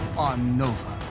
on nova.